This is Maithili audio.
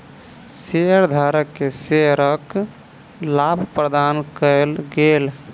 शेयरधारक के शेयरक लाभ प्रदान कयल गेल